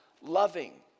loving